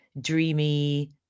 dreamy